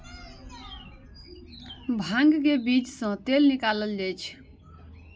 भांग के बीज सं तेल निकालल जाइ छै